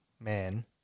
man